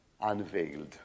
unveiled